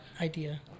idea